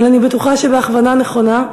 אבל אני בטוחה שבהכוונה נכונה,